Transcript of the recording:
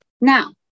Now